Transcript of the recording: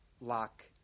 lock